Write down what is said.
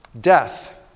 Death